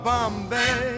Bombay